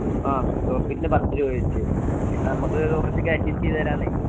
ആ സ്ക്വയർ ഫീറ്റിന് പത്ത് രൂപ വെച്ച് ഇപ്പോൾ നമുക്ക് കുറച്ചൊക്കെ അഡ്ജെസ്റ്റ് ചെയ്ത് തരാമെന്നെ